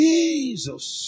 Jesus